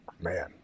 Man